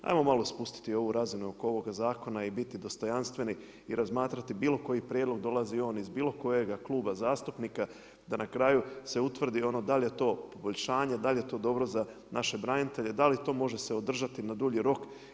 Ajmo malo spustiti ovu razinu oko ovoga zakona i biti dostojanstveni i razmatrati bilo koji prijedlog dolazi li on iz bilo kojega kluba zastupnika da na kraju se utvrdi ono da li je to poboljšanje, da li je to dobro za naše branitelje, da li to može se održati na dulji rok.